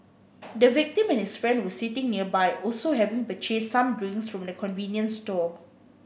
the victim and his friend were sitting nearby also having purchased some drinks from the convenience store